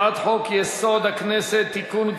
הצעת חוק-יסוד: הכנסת (תיקון,